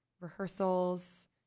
rehearsals